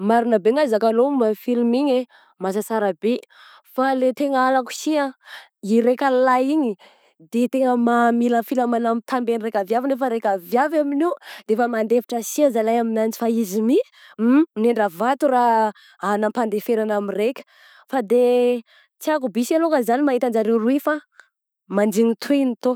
Marigna be anga zakanao momba i film igny eh, mahasasara be, fa raha tegna halako si ah, i raika lahy igny de tegna mamilafila manambitamby an-draika viavy nefa raika viavy amin'io de efa mandefitra si ah zalahy aminanjy fa izy my nendra vato raha anam-pandeferana amin'ny raika, fa de tiako aby si alongany zany mahita anjareo roy fa manjiny tohiny tô.